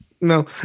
No